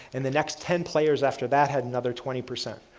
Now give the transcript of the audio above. and the next ten players after that had another twenty percent.